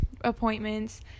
appointments